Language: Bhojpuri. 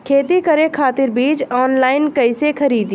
खेती करे खातिर बीज ऑनलाइन कइसे खरीदी?